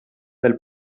del